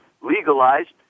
legalized